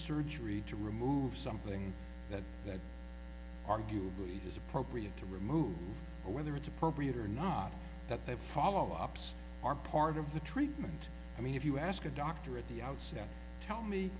surgery to remove something that that arguably is appropriate to remove or whether it's appropriate or not that the follow ups are part of the treatment i mean if you ask a doctor at the outset tell me